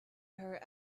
her